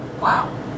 wow